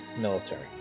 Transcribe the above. military